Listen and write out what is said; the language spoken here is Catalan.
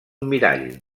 mirall